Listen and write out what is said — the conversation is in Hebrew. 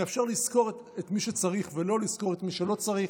מאפשרת לשכור את מי שצריך ולא לשכור את מי שלא צריך,